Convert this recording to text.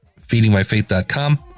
feedingmyfaith.com